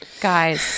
Guys